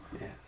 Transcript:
Yes